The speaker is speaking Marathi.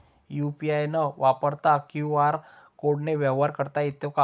यू.पी.आय न वापरता क्यू.आर कोडने व्यवहार करता येतो का?